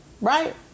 right